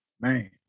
Man